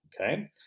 Okay